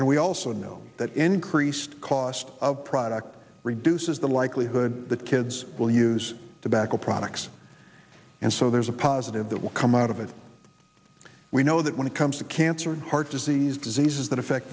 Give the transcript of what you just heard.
and we also know that increased cost of product reduces the likelihood that kids will use tobacco products and so there's a positive that will come out of it we know that when it comes to cancer and heart disease diseases that affect